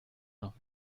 noch